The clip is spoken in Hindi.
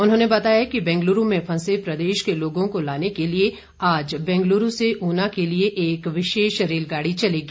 उन्होंने बताया कि बेंगलूरू में फंसे प्रदेश के लोगों को लाने के लिए आज बेंगलरू से ऊना के लिए एक विशेष रेलगाड़ी चलेगी